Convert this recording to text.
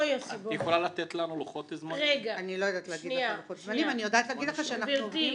עבד אל חכים חאג'